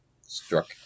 struck